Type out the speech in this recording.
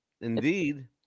indeed